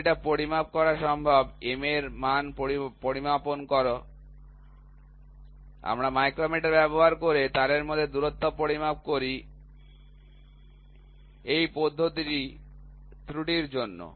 যদিও এটি পরিমাপ করা সম্ভব M এর মান পরিমাপ কর আমরা মাইক্রোমিটার ব্যবহার করে তারের মধ্যে দূরত্ব পরিমাপ করি এই পদ্ধতিটি ত্রুটির জন্য